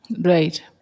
Right